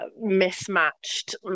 mismatched